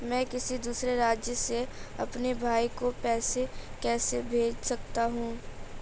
मैं किसी दूसरे राज्य से अपने भाई को पैसे कैसे भेज सकता हूं?